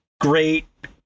great